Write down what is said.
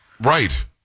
right